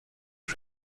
the